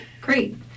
Great